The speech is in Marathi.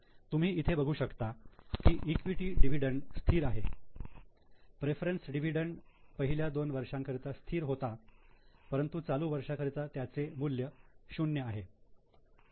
तुम्ही इथे बघू शकतात की इक्विटी डिव्हिडंड स्थिर आहे प्रेफरन्स डिव्हिडंड पहिल्या दोन वर्षांकरिता स्थिर होता परंतु चालू वर्षा करिता त्याचे मूल्य शून्य आहे